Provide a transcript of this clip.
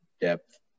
depth